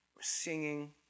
singing